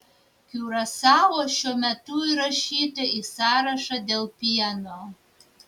kiurasao šiuo metu įrašyta į sąrašą dėl pieno